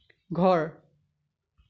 ঘৰ